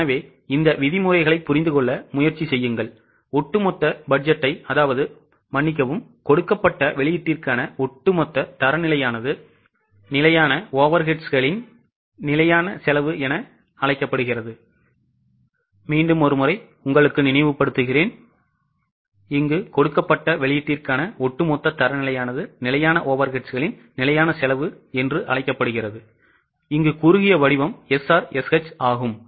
எனவே இந்த விதிமுறைகளைப் புரிந்து கொள்ள முயற்சி செய்யுங்கள் ஒட்டுமொத்த பட்ஜெட்டை மன்னிக்கவும் கொடுக்கப்பட்ட வெளியீட்டிற்கான ஒட்டுமொத்த தரநிலையானது நிலையான Overheadsகளின் நிலையான செலவு என அழைக்கப்படுகிறது குறுகிய வடிவம் SRSH ஆகும்